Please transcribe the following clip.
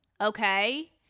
okay